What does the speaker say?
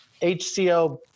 HCO